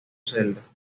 celda